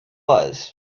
was